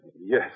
Yes